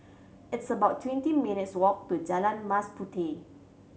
it's about twenty minutes' walk to Jalan Mas Puteh